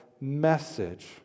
message